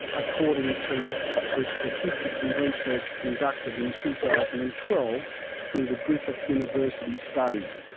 according to the statistics and research conducted in two thousand and twelve through the griffith university study.